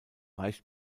reicht